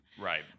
Right